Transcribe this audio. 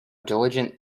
diligent